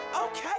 Okay